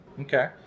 Okay